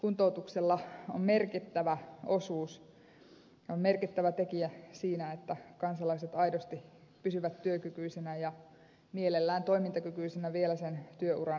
kuntoutuksella on merkittävä osuus ja se on merkittävä tekijä siinä että kansalaiset aidosti pysyvät työkykyisinä ja mielellään toimintakykyisinä vielä sen työuran jälkeenkin